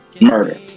Murder